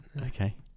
Okay